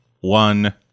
one